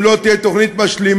אם לא תהיה תוכנית משלימה,